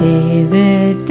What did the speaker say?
David